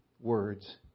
words